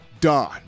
done